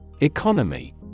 Economy